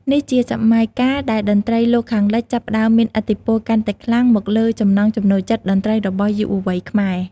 នេះជាសម័យកាលដែលតន្ត្រីលោកខាងលិចចាប់ផ្តើមមានឥទ្ធិពលកាន់តែខ្លាំងមកលើចំណង់ចំណូលចិត្តតន្ត្រីរបស់យុវវ័យខ្មែរ។